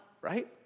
right